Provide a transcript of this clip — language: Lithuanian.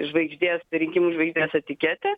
žvaigždės rinkimų žvaigždės etiketę